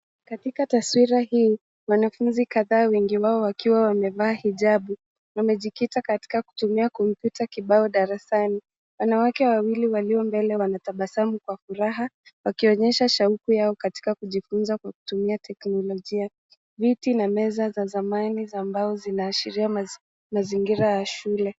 Katika taswira hii, wanafunzi kadhaa, wengi wao wakiwa wamevaa hijabi, wamejikita katika kutumia kompyuta kibao darasani. Wanawake wawili walio mbele wanatabasamu kwa furaha, wakionyesha shauku yao katika kujifunza kutumia teknolojia. Viti na meza za zamani za mbao zinaashiria mazingira ya shule.